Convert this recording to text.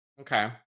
Okay